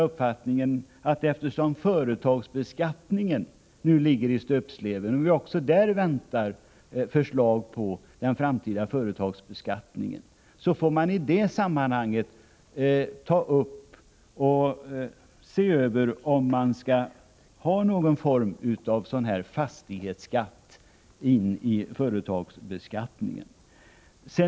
Men eftersom företagsbeskattningen nu ligger i stöpsleven och vi väntar på förslag också om hur den skall se ut i framtiden, har vi haft den bestämda uppfattningen att vi, då de förslagen föreligger, får se över om vi skall ha någon form av fastighetsskatt också inom företagsbeskattningen.